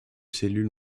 cellules